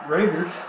Raiders